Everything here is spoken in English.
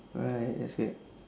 right that's good